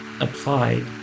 applied